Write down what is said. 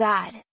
God